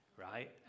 right